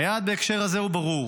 היעד בהקשר הזה הוא ברור: